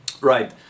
Right